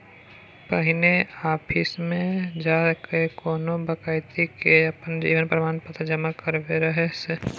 पहिने आफिसमे जा कए कोनो बेकती के अपन जीवन प्रमाण पत्र जमा कराबै परै रहय